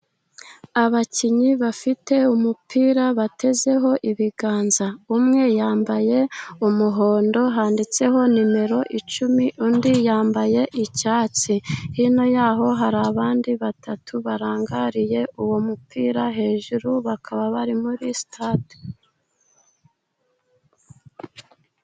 Abakinnyi bafite umupira batezeho ibiganza umwe yambaye umuhondo handitseho nimero icumi undi yambaye icyatsi hino yaho hari abandi batatu barangariye uwo mupira hejuru bakaba bari muri sitade.